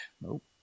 Nope